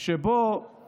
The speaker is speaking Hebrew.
שבו